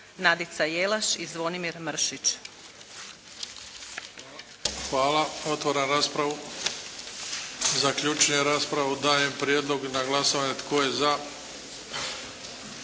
Nadica Jelaš i Zvonimir Mršić. **Bebić, Luka (HDZ)** Hvala. Otvaram raspravu. Zaključujem raspravu. Dajem prijedlog na glasovanje. Tko je za?